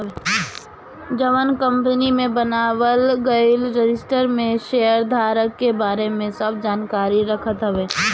जवन की कंपनी में बनावल गईल रजिस्टर में शेयरधारक के बारे में सब जानकारी रखत हवे